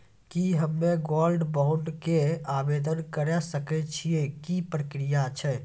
की हम्मय gold bond के आवदेन करे सकय छियै, की प्रक्रिया छै?